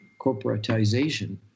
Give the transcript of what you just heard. corporatization